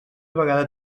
vegada